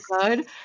good